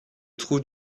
trou